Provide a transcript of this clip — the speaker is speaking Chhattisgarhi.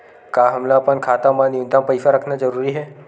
का हमला अपन खाता मा न्यूनतम पईसा रखना जरूरी हे?